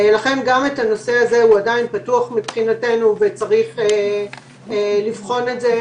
לכן גם הנשוא הזה עדיין פתוח מבחינתנו וצריך לבחון את זה.